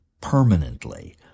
permanently